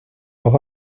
leurs